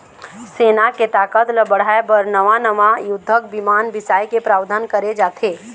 सेना के ताकत ल बढ़ाय बर नवा नवा युद्धक बिमान बिसाए के प्रावधान करे जाथे